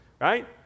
right